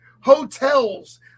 hotels